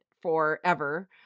forever